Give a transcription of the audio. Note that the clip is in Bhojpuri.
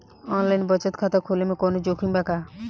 आनलाइन बचत खाता खोले में कवनो जोखिम बा का?